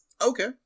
Okay